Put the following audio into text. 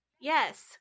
Yes